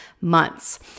months